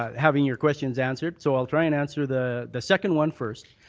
um having your questions answered. so i'll try and answer the the second one first.